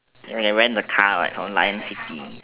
rent rent a car what from lion city